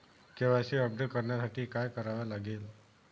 KYC update करण्यासाठी काय करावे लागेल?